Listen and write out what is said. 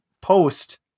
post